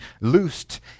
loosed